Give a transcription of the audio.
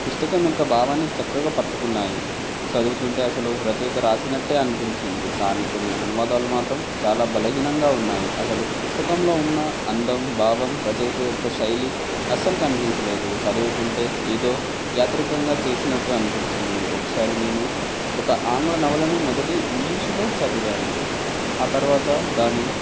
పుస్తకం యొక్క భావాన్ని చక్కగా పట్టుకున్నాయి చదువుతుంటే అసలు రచయిత వ్రాసినట్టే అనిపించింది కానీ కొన్ని అనువాదాలు మాత్రం చాలా బలహీనంగా ఉన్నాయి అసలు పుస్తకంలో ఉన్న అందం భావం రచయిత యొక్క శైలి అస్సలు అనిపించలేదు చదువుతుంటే ఏదో యాత్రికంగా చేసినట్టు అనిపించింది ఒకసారి నేను ఒక ఆంగ్ల నవలని మొదటి ఇంగ్లీషులో చదివాను ఆ తరువాత దాని